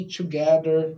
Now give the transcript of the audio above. together